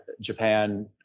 Japan